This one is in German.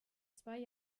zwei